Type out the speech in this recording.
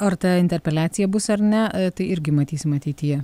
ar ta interpeliacija bus ar ne tai irgi matysim ateityje